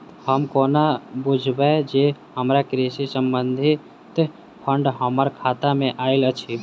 हम कोना बुझबै जे हमरा कृषि संबंधित फंड हम्मर खाता मे आइल अछि?